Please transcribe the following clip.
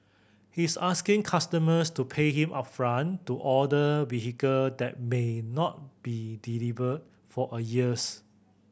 he's asking customers to pay him upfront to order vehicle that may not be delivered for a years